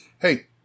Hey